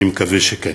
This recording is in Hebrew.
אני מקווה שכן.